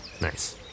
Nice